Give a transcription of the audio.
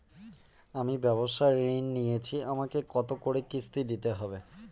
আমি ব্যবসার ঋণ নিয়েছি আমাকে কত করে কিস্তি দিতে হবে?